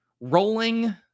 rolling